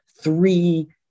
three